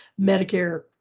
Medicare